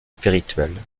spirituelle